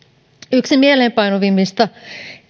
yksi mieleenpainuvimmista